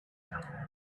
dear